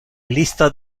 lista